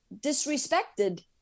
disrespected